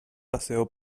paseo